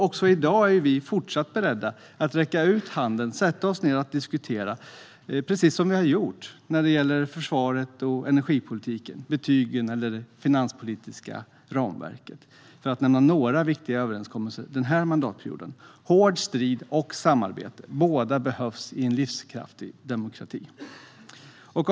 Också i dag är vi fortsatt beredda att räcka ut handen och sätta oss ned och diskutera, precis som vi har gjort när det gäller försvaret, energipolitiken, betygen eller det finanspolitiska ramverket, för att nämna några viktiga överenskommelser den här mandatperioden. Hård strid och samarbete, båda behövs i en livskraftig demokrati. Herr talman!